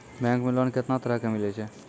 Bank मे loan कैतना तरह के मिलै छै?